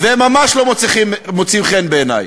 והם ממש לא מוצאים חן בעיני: